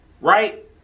right